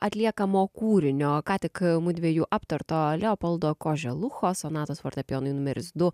atliekamo kūrinio ką tik mudviejų aptarto leopoldo koželucho sonatos fortepijonui numeris du